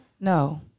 No